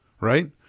right